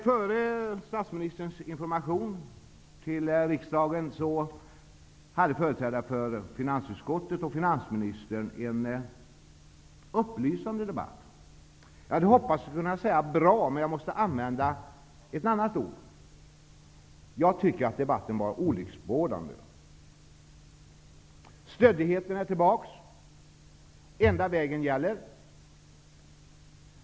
Före statsministerns information till riksdagen hade företrädare för finansutskottet och finansministern en upplysande debatt. Jag hade hoppats kunna säga ''bra'', men jag måste använda ett annat ord. Jag tycker att debatten var olycksbådande. Stöddigheten är tillbaka. Enda vägen gäller.